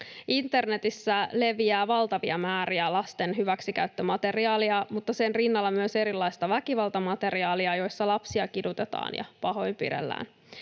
Internetissä leviää valtavia määriä lasten hyväksikäyttömateriaalia ja sen rinnalla myös erilaista väkivaltamateriaalia, jossa lapsia kidutetaan ja pahoinpidellään.